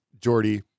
Jordy